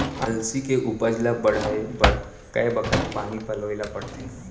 अलसी के उपज ला बढ़ए बर कय बखत पानी पलोय ल पड़थे?